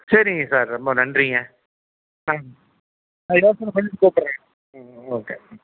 சரிங்க சார் ரொம்ப நன்றிங்க ஆ நான் யோசனை பண்ணிவிட்டு கூப்பிடுறேங்க ம் ஓகே ம்